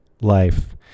life